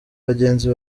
bagenzi